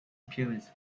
appearance